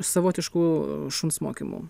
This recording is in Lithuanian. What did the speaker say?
savotiškų šuns mokymų